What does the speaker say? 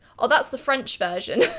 ah that's the french version.